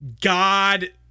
god